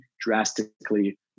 drastically